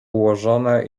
ułożone